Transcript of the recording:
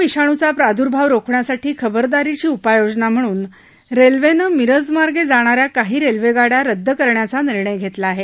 corona विषाणूचा प्रार्द्भाव रोखण्यासाठी खबरदारीची उपाययोजना म्हणू रेल्वेनं मिरजमार्गे जाणाऱ्या काही रेल्वेगाड्या रद्द करण्याचा निर्णय घेतला आहे